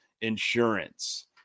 insurance